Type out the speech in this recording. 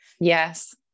yes